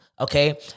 okay